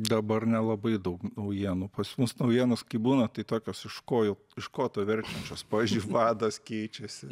dabar nelabai daug naujienų pas mus naujienos kai būna tai tokios iš kojų iš koto verčiančios pavyzdžiui vadas keičiasi